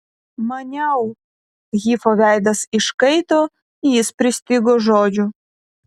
maniau hifo veidas iškaito jis pristigo žodžių